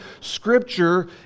scripture